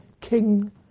King